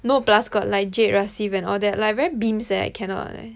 no plus got like Jade Rasif and all that like very bimbz eh I cannot